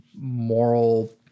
moral